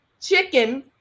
Chicken